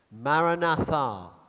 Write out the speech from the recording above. Maranatha